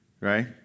right